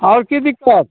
आओर की दिक्कत